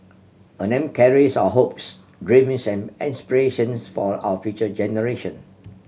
a name carries our hopes dreams and aspirations for our future generation